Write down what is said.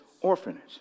orphanage